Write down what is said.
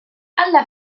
alla